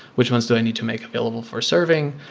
which ones do i need to make available for serving?